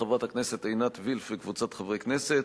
של חברת הכנסת עינת וילף וקבוצת חברי הכנסת,